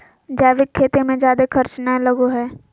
जैविक खेती मे जादे खर्च नय लगो हय